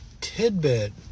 tidbit